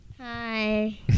Hi